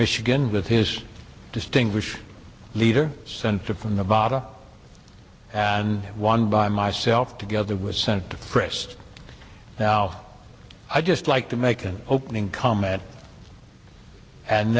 michigan with his distinguished leader senator from nevada and one by myself together was sent frist now i just like to make an opening comment and